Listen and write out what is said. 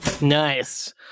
Nice